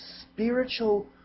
spiritual